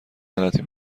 غلطی